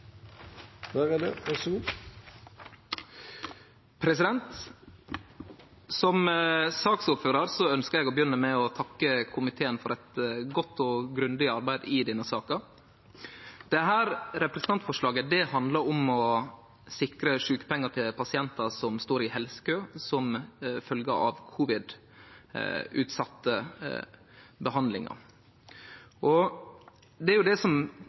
og de som måtte tegne seg på talerlisten utover den fordelte taletid, får også en taletid på inntil 3 minutter. Som saksordførar ønskjer eg å begynne med å takke komiteen for eit godt og grundig arbeid i denne saka. Dette representantforslaget handlar om å sikre sjukepengar til pasientar som står i helsekø som følgje av at behandlingane er